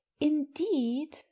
indeed